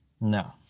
No